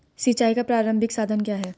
सिंचाई का प्रारंभिक साधन क्या है?